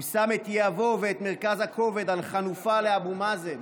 הוא שם יהבו ואת מרכז הכובד על חנופה לאבו מאזן,